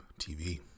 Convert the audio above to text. TV